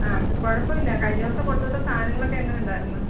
ആ കുഴപ്പം ഇല്ല കഴിഞ്ഞ ദിവസം കൊടുത്തുവിട്ട സാധനങ്ങളൊക്കെ എങ്ങനെ ഉണ്ടായിരുന്നു